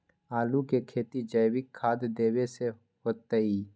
आलु के खेती जैविक खाध देवे से होतई?